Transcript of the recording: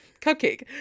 cupcake